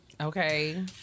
Okay